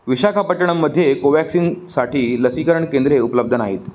विशाखापट्टणममध्ये कोवॅक्सिन साठी लसीकरण केंद्रे उपलब्ध नाहीत